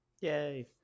Yay